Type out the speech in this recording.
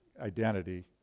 identity